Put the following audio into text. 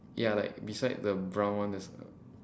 ya like beside the brown one that's uh